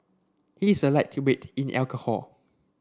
he is a lightweight in alcohol